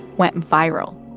went viral.